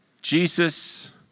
Jesus